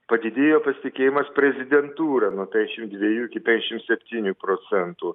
padidėjo pasitikėjimas prezidentūra nuo penkdešim dviejų iki penkdešim septynių procentų